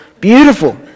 beautiful